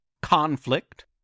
conflict